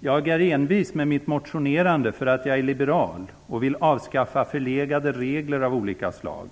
Jag är envis med mitt motionerande därför att jag är liberal och vill avskaffa förlegade regler av olika slag.